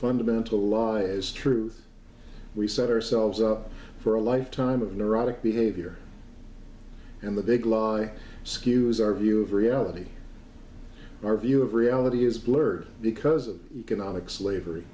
fundamental law as truth we set ourselves up for a life time of neurotic behavior and the big lie skews our view of reality our view of reality is blurred because of economic slavery